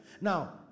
Now